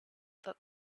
that